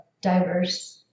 diverse